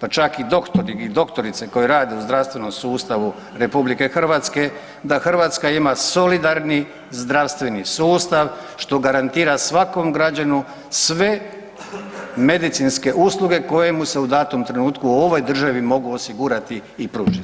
pa čak i doktori i doktorice koje rade u zdravstvenom sustavu RH da Hrvatska ima solidarni zdravstveni sustav što garantira svakom građaninu sve medicinske usluge koje mu se u datom trenutku u ovoj državi mogu osigurati i pružiti.